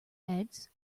eggs